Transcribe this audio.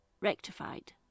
rectified